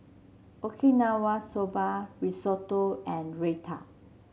Okinawa Soba Risotto and Raita